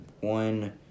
one